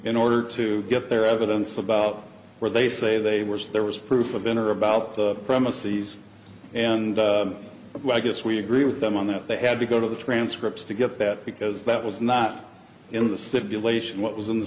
in order to get their evidence about where they say they were there was proof of in or about the premises and i guess we agree with them on that they had to go to the transcripts to get that because that was not in the stipulation what was in the